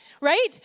right